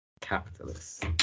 Capitalist